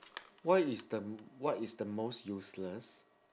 what is the mm what is the most useless